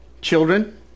Children